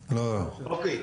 אוקיי,